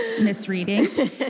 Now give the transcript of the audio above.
misreading